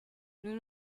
nous